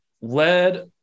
led